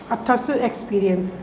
अथसि ऐक्सपीरियंस